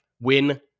win